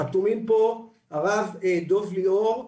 חתומים פה הרב דב גילאור,